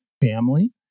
family